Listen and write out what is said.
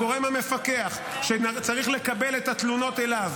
הגורם המפקח שצריך לקבל את התלונות אליו